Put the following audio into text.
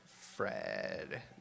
Fred